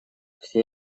все